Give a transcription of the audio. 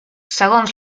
segons